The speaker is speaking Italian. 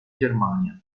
germania